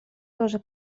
тоже